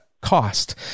cost